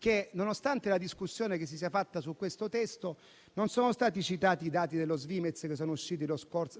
che, nonostante la discussione che si è tenuta su questo testo, non sono stati citati i dati dello Svimez usciti la